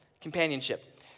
companionship